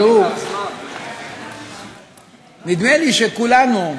תראו, נדמה לי שכולנו,